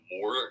more